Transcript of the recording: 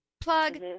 Plug